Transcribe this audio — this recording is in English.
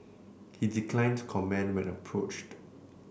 he declined to comment when approached